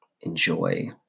enjoy